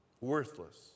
Worthless